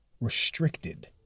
restricted